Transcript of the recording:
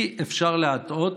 אי-אפשר להטעות